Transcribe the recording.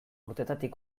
urtetatik